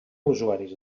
usuaris